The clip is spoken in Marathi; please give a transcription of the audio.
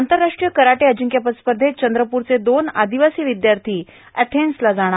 आंतरराष्ट्रीय कराटे अजिंक्यपद स्पर्धेत चंद्रपूरचे दोन आदिवासी विद्यार्थी एथेन्सला जाणार